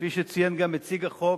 כפי שציין גם מציג החוק,